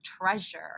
treasure